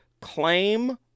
claim